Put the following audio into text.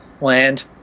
land